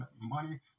money